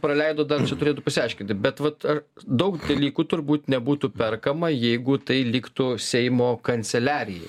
praleidot dar turėtų pasiaiškinti bet vat ar daug dalykų turbūt nebūtų perkama jeigu tai liktų seimo kanceliarijai